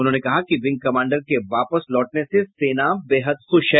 उन्होंने कहा कि विंग कमांडर के वापस लौटने से सेना बेहद खुश है